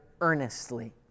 earnestly